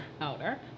Outer